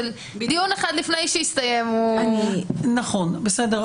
שדיון אחד לפני שהסתיים הוא --- בסדר,